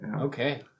okay